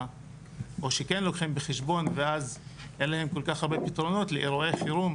או כן לוקחים בחשבון ואז אין להם כל כך הרבה פתרונות לאירועי חירום